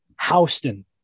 Houston